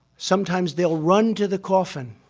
sometimes they'll run to the coffin.